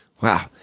Wow